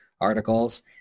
articles